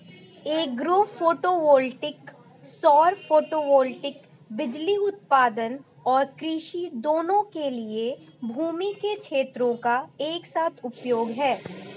agro photovoltaic सौर photovoltaic बिजली उत्पादन और कृषि दोनों के लिए भूमि के क्षेत्रों का एक साथ उपयोग है